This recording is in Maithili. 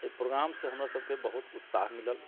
एहि प्रोग्रामसँ हमरसबके बहुत उत्साह मिलल